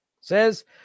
Says